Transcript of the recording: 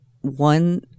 one